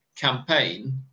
campaign